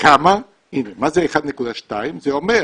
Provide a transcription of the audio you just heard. מה זה 1.2, זה אומר